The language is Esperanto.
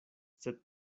sed